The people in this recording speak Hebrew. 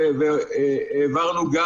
העברנו גם